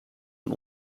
een